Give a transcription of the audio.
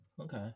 Okay